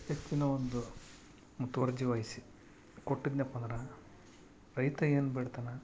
ಹೆಚ್ಚಿನ ಒಂದು ಮುತುವರ್ಜಿ ವಹಿಸಿ ಕೊಟ್ಟಿದ್ನ್ಯಪ್ಪ ಅಂದ್ರೆ ರೈತ ಏನು ಬೆಳಿತಾನ